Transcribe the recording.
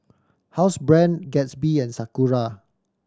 Housebrand Gatsby and Sakura